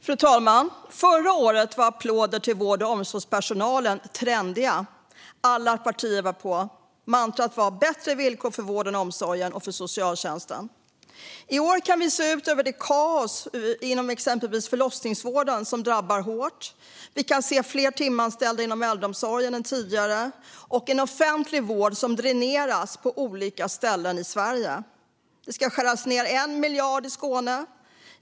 Fru talman! Förra året var det trendigt med applåder till vård och omsorgspersonalen. Alla partier var på. Bättre villkor för vården och omsorgen och för socialtjänsten, var mantrat. I år kan vi se ut över det kaos inom exempelvis förlossningsvården som drabbar hårt. Vi kan se fler timanställda inom äldreomsorgen än tidigare och en offentlig vård som dräneras på olika ställen i Sverige. Det ska skäras ned 1 miljard i Skåne.